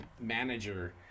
manager